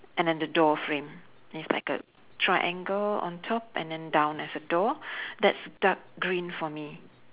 and then the door frame it's like a triangle on top and then down as a door that's dark green for me